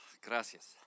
Gracias